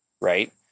right